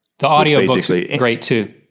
the audiobook's like and great too.